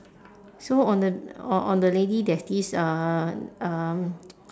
so on the o~ on the lady there's this uh um